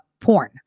porn